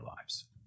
lives